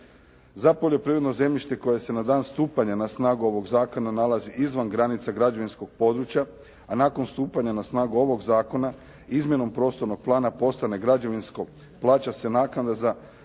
Za poljoprivredno zemljište koje se na dan stupanja na snagu ovog zakona nalazi izvan granica građevinskog područja, a nakon stupanja na snagu ovog zakona izmjenom prostornog plana postane građevinsko, plaća se naknada za